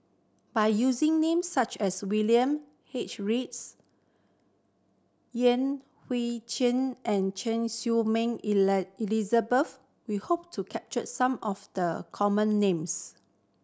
by using names such as William H Reads Yan Hui Chang and Choy Su Moi Elizabeth we hope to capture some of the common names